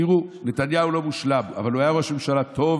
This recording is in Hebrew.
תראו, נתניהו לא מושלם, אבל הוא היה ראש ממשלה טוב